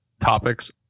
Topics